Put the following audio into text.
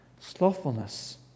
slothfulness